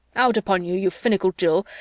out upon you, you finical jill,